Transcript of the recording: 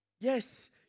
yes